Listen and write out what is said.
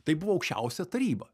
tai buvo aukščiausia taryba